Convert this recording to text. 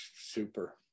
super